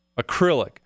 acrylic